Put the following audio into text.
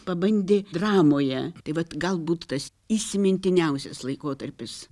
pabandė dramoje tai vat galbūt tas įsimintiniausias laikotarpis